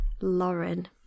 Lauren